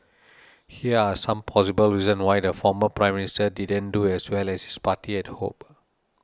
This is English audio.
here are some possible reasons why the former Prime Minister didn't do as well as his party had hoped